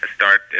start